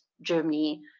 Germany